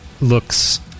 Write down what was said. looks